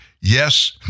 yes